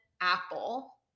apple